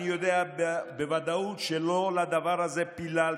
אני יודע בוודאות שלא לדבר הזה פיללתם.